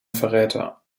verräter